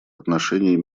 отношений